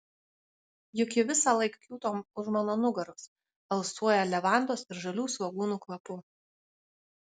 juk ji visąlaik kiūto už mano nugaros alsuoja levandos ir žalių svogūnų kvapu